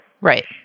Right